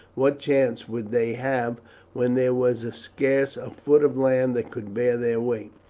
what chance would they have when there was scarce a foot of land that could bear their weight?